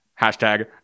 hashtag